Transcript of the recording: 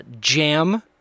Jam